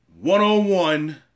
One-on-one